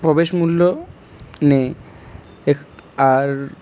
প্রবেশ মূল্য নেই আর